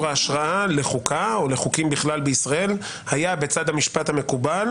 ההשראה לחוקה או לחוקים בכלל בישראל היה בצד המשפט המקובל,